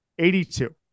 82